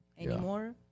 anymore